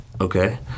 Okay